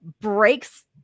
breaks